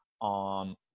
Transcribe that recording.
on